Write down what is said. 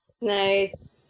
nice